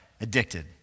addicted